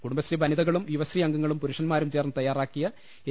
കുടുംബശ്രീ വനിതകളും യുവശ്രീ അംഗങ്ങളും പുരുഷൻമാരും ചേർന്ന് തയാറാക്കിയ എൽ